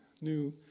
new